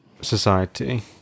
society